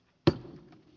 el b